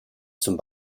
zum